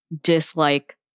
dislike